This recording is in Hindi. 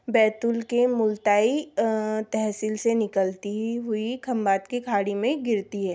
बैतुल के मुल्ताई तहसील से निकलती हुई खम्भात की खाड़ी में गिरती है